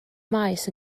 maes